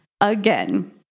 again